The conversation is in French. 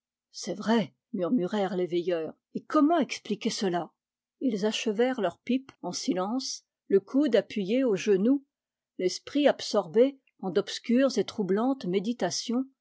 c'est vrai murmurèrent les veilleurs et comment expliquer cela ils achevèrent leurs pipes en silence le coude appuyé au genou l'esprit absorbé en d'obscures et troublantes méditations